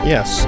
Yes